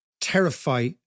terrify